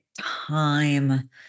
time